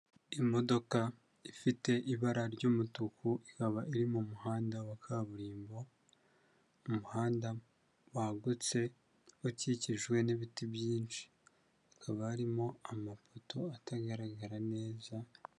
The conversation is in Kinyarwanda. Imodoka ifite ibara ry'umutuku ikaba iri mu muhanda wa kaburimbo, umuhanda wagutse ukikijwe n'ibiti byinshi, hakaba arimo amapoto atagaragara neza.